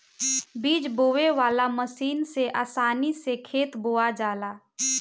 बीज बोवे वाला मशीन से आसानी से खेत बोवा जाला